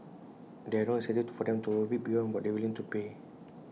there are no incentives for them to overbid beyond what they are willing to pay